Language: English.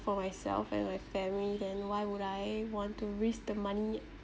for myself and my family then why would I want to risk the money